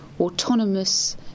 autonomous